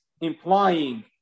implying